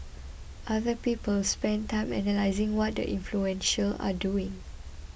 other people spend time analysing what the influential are doing